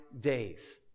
days